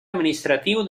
administratiu